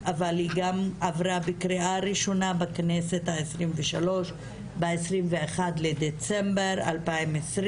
אבל היא גם עברה בקריאה ראשונה בכנסת ה-23 ב-21 בדצמבר 2020,